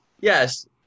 yes